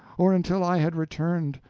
or until i had returned,